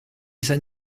san